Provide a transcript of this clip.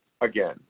again